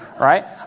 right